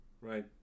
right